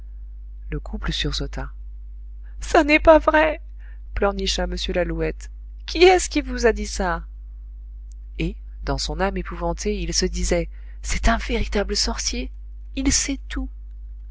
le couple sursauta ça n'est pas vrai pleurnicha m lalouette qui est-ce qui vous a dit ça et dans son âme épouvantée il se disait c'est un véritable sorcier il sait tout